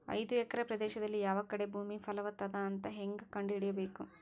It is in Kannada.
ಐದು ಎಕರೆ ಪ್ರದೇಶದಲ್ಲಿ ಯಾವ ಕಡೆ ಭೂಮಿ ಫಲವತ ಅದ ಅಂತ ಹೇಂಗ ಕಂಡ ಹಿಡಿಯಬೇಕು?